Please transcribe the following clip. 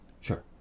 sure